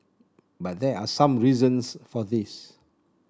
but there are some reasons for this